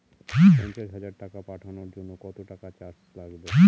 পণ্চাশ হাজার টাকা পাঠানোর জন্য কত টাকা চার্জ লাগবে?